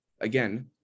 again